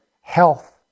health